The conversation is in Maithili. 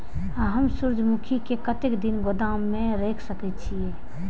हम सूर्यमुखी के कतेक दिन गोदाम में रख सके छिए?